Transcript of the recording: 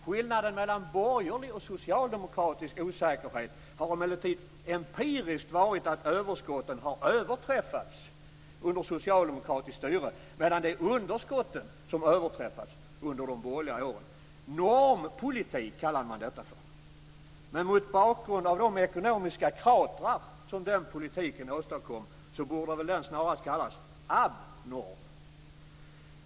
Skillnaden mellan borgerlig och socialdemokratisk osäkerhet har emellertid empiriskt varit att överskotten har överträffats under socialdemokratiskt styre, medan det är underskotten som har överträffats under de borgerliga åren. Normpolitik kallar man detta. Men mot bakgrund av de ekonomiska kratrar som den politiken åstadkom borde den snarast kallas ab-norm.